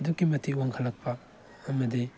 ꯑꯗꯨꯛꯀꯤ ꯃꯇꯤꯛ ꯋꯥꯡꯈꯠꯂꯛꯄ ꯑꯃꯗꯤ